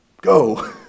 go